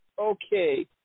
okay